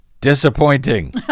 disappointing